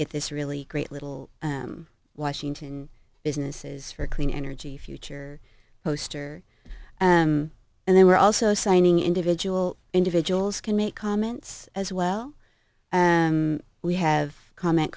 get this really great little washington businesses for clean energy future poster and they were also signing individual individuals can make comments as well and we have comment